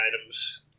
items